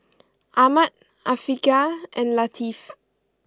Ahmad Afiqah and Latif